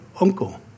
uncle